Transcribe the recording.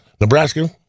Nebraska